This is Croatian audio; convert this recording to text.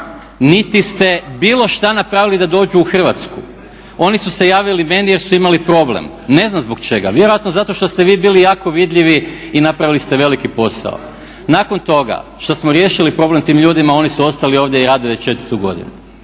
niti ste bilo šta napravili da dođu u Hrvatsku. Oni su se javili meni jer su imali problem. Ne znam zbog čega, vjerojatno zato što ste vi bili jako vidljivi i napravili ste veliki posao. Nakon toga, što smo riješili problem tim ljudima oni su ostali ovdje i radili 4.-tu godinu.